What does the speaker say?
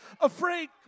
afraid